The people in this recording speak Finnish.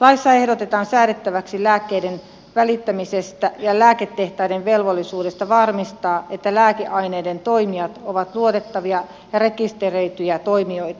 laissa ehdotetaan säädettäväksi lääkkeiden välittämisestä ja lääketehtaiden velvollisuudesta varmistaa että lääkeaineiden toimijat ovat luotettavia ja rekisteröityjä toimijoita